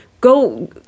go